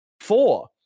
four